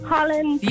Holland